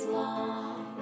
long